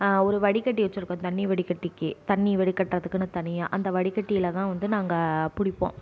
ஒரு வடிகட்டி வச்சுருக்கோம் தண்ணி வடிகட்டிக்கு தண்ணி வடிக்கட்டுறதுக்குனு தனியாக அந்த வடிகட்டியில்தான் வந்து நாங்கள் பிடிப்போம்